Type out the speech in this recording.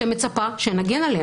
שמצפה שנגן עליה.